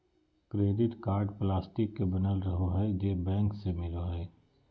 credit card plastic के बनल रहो हइ जे बैंक से मिलो हइ